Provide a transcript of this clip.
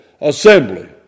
Assembly